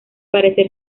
parecer